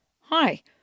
Hi